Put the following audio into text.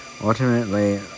Ultimately